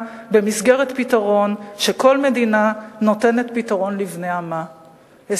במסגרת פתרון שבו כל מדינה נותנת פתרון לבני עמה,